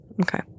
Okay